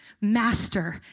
Master